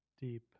deep